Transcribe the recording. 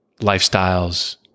lifestyles